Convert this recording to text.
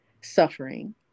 suffering